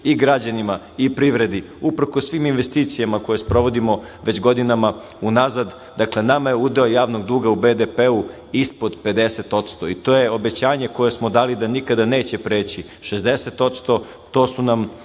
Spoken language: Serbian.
i građanima i privredi, uprkos svim investicijama koje sprovodimo već godinama unazad, dakle nama je udeo javnog duga u BDP ispod 50% i to je obećanje koje smo dali da nikada neće preći 60%